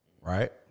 right